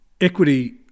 equity